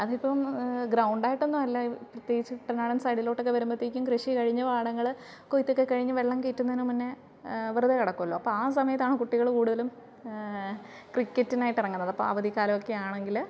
അതിപ്പം ഗ്രൗണ്ടായിട്ട് ഒന്നും അല്ല പ്രത്യേകിച്ചും കുട്ടനാടൻ സൈഡിലോട്ടൊക്കെ വരുമ്പത്തേക്കും കൃഷി കഴിഞ്ഞ പാടങ്ങൾ കൊയ്ത്തൊക്കെ കഴിഞ്ഞ് വെള്ളം കയറ്റുന്നതിന് മുന്നെ വെറുതെ കിടക്കുമല്ലോ അപ്പം ആ സമയത്താണ് കുട്ടികൾ കൂടുതലും ക്രിക്കറ്റിനായിട്ട് ഇറങ്ങുന്നത് അപ്പം അവധിക്കാലം ഒക്കെ ആണെങ്കിൽ